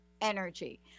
energy